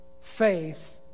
faith